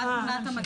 מה תמונת המצב.